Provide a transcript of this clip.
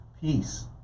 peace